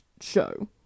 show